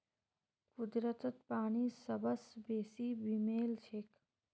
कुदरतत पानी सबस बेसी बेमेल छेक